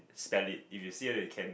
spell it if you see whether you can